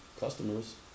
Customers